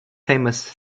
famous